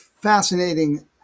fascinating